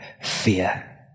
fear